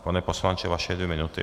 Pane poslanče, vaše dvě minuty.